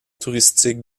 touristique